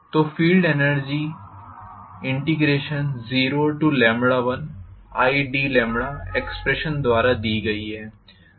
तो field energy 01id expression द्वारा दी गई है